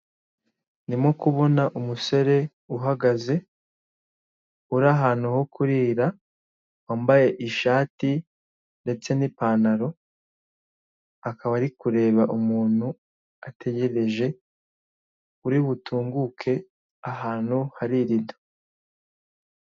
Ndimo kubona umusore uhagaze, uri ahantu ho kurira, wambaye ishati ndetse n'ipantaro, akaba ari kureba umuntu ategereje uri butunguke ahantu hari irido.